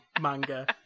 manga